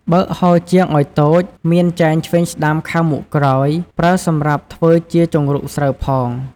បើកហោជាងឲ្យតូច មានចែងឆ្វេងស្តាំខាងមុខក្រោយ ប្រើសម្រាប់ធ្វើជាជង្រុកស្រូវផង។